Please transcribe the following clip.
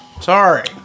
Sorry